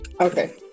Okay